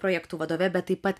projektų vadove bet taip pat